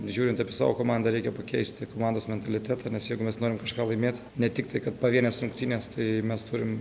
žiūrint apie savo komandą reikia pakeisti komandos mentalitetą nes jog mes norim kažką laimėt ne tik tai kad pavienes rungtynes tai mes turim